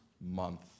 month